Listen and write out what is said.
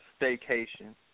staycation